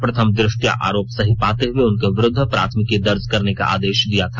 प्रथमदृष्टया आरोप सही पाते हुए उनके विरुद्व प्राथमिकी दर्ज करने का आदेश दिया था